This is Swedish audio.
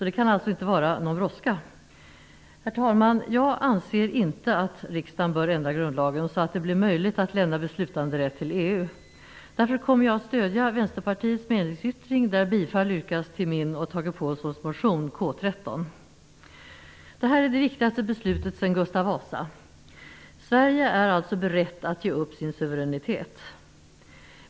Det kan alltså inte vara någon brådska. Herr talman! Jag anser inte att riksdagen bör ändra grundlagen, så att det blir möjligt att lämna över beslutanderätt till EU. Därför kommer jag att stödja Vänsterpartiets meningsyttring där bifall yrkas till min och Tage Påhlssons motion K13. Detta är det viktigaste beslutet sedan Gustav Vasas dagar. Sverige är berett att ge upp sin suveränitet.